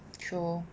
true